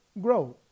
growth